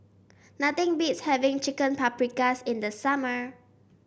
nothing beats having Chicken Paprikas in the summer